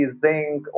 zinc